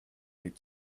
need